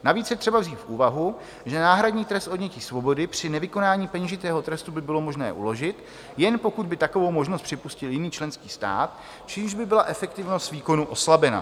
Navíc je třeba vzít v úvahu, že náhradní trest odnětí svobody při nevykonání peněžitého trestu by bylo možné uložit, jen pokud by takovou možnost připustil jiný členský stát, čímž by byla efektivnost výkonu oslabena.